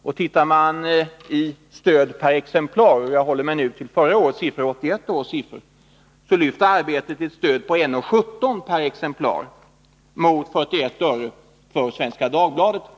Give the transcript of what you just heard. Och ser man till stödet per exemplar — jag håller mig nu till 1981 års siffror — finner man att Arbetet lyfter ett stöd på ett 1:17 per exemplar mot 41 öre per exemplar för Svenska Dagbladet.